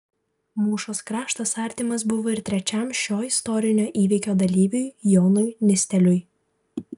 mūšos kraštas artimas buvo ir trečiam šio istorinio įvykio dalyviui jonui nisteliui